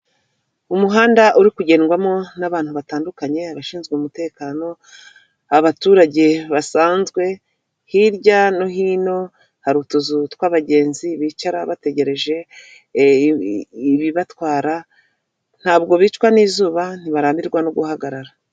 Umuhanda uri kugendwamo n'abantu batandukanye abashinzwe umutekano, abaturage basanzwe, hirya no hino hari utuzu tw'abagenzi bicara bategereje ibibatwara, ntabwo bicwa n'izuba, ntibarambirwa no guhagarara.